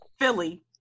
Philly